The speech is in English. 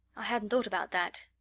i hadn't thought about that.